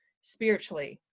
spiritually